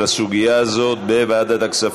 זו הבעיה, שלא קרה.